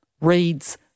reads